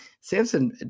Samson